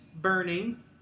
burning